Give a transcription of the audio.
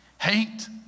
Hate